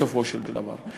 בסופו של דבר,